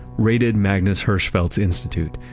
raided magnus hirschfeld's institute.